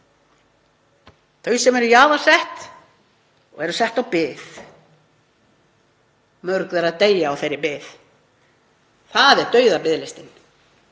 þau sem eru jaðarsett og eru sett á bið. Mörg þeirra deyja á þeirri bið. Það er dauðabiðlistinn.